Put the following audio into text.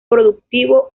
productivo